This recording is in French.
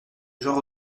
genre